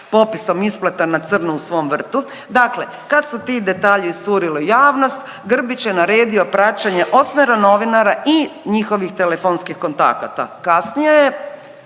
popisom isplata na crno u svom vrtu, dakle kad su ti detalji iscurili u javnost Grbić je naredio praćenje osmero novinara i njihovih telefonskih kontakata. Kasnije je